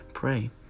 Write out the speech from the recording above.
Pray